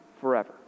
Forever